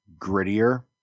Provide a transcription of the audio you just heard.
grittier